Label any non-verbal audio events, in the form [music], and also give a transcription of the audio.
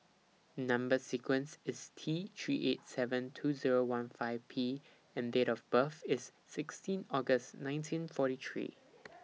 Number sequence IS T three eight seven two Zero one five P and Date of birth IS sixteen August nineteen forty three [noise]